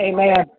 Amen